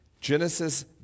Genesis